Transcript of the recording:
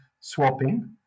swapping